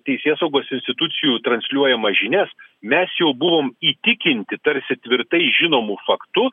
teisėsaugos institucijų transliuojamas žinias mes jau buvom įtikinti tarsi tvirtai žinomu faktu